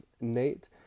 Nate